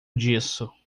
disso